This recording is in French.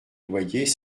loyers